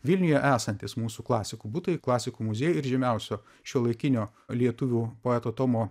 vilniuje esantys mūsų klasikų butai klasikų muziejai ir žymiausio šiuolaikinio lietuvių poeto tomo